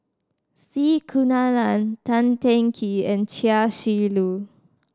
C Kunalan Tan Teng Kee and Chia Shi Lu